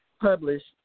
published